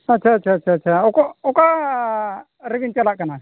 ᱟᱪᱪᱷᱟ ᱟᱪᱪᱷᱟ ᱟᱪᱪᱷᱟ ᱟᱪᱪᱷᱟ ᱚᱠᱚ ᱚᱠᱟ ᱨᱮᱠᱤᱱ ᱪᱟᱞᱟᱜ ᱠᱟᱱᱟ